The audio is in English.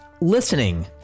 listening